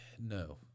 no